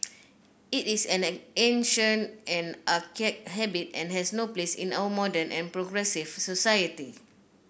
it is an ancient and archaic habit and has no place in our modern and progressive society